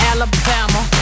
Alabama